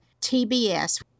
TBS